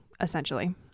essentially